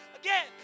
again